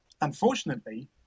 unfortunately